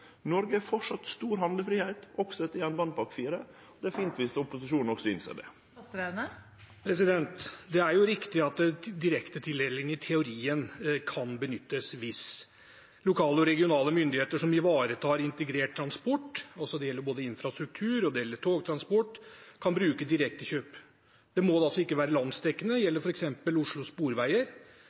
stor handlefridom, også etter jernbanepakke IV, og det er fint dersom opposisjonen også innser det. Det er riktig at direktetildeling i teorien kan benyttes hvis lokale og regionale myndigheter som ivaretar integrert transport – det gjelder både infrastruktur og togtransport – kan bruke direktekjøp. Det må da altså ikke være landsdekkende – det gjelder f.eks. Oslo sporveier